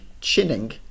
chinning